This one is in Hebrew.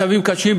מצבים קשים,